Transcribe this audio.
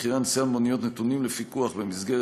מחירי הנסיעה במוניות נתונים לפיקוח במסגרת